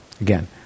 again